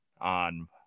on